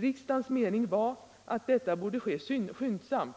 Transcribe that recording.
Riksdagens mening var att detta borde ske skyndsamt